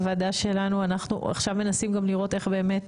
הוועדה שלנו מנסים עכשיו לראות איך באמת